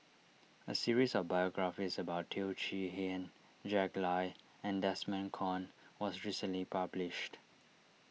a series of biographies about Teo Chee Hean Jack Lai and Desmond Kon was recently published